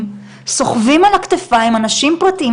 סוחבים על הכתפיים אנשים פרטיים.